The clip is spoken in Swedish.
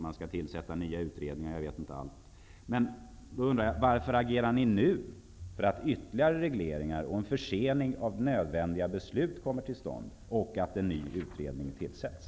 Man skall tillsätta nya utredningar, och jag vet inte allt. Varför agerar ni nu så att ytterligare regleringar kommer till stånd, en försening av nödvändiga beslut sker, och en ny utredning tillsätts?